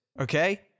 Okay